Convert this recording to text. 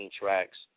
tracks